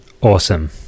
awesome